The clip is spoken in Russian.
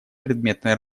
предметной